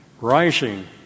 Rising